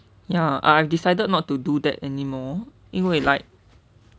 ya I've decided not to do that anymore 因为 like